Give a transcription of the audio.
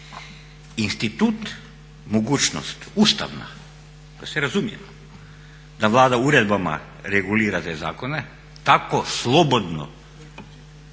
Institut, mogućnost ustavna da se razumijemo da Vlada uredbama regulira te zakone tako slobodno